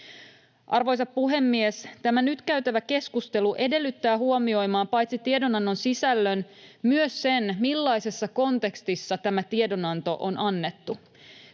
Arvoisa puhemies! Tämä nyt käytävä keskustelu edellyttää huomioimaan paitsi tiedon-annon sisällön myös sen, millaisessa kontekstissa tämä tiedonanto on annettu.